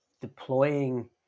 deploying